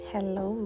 Hello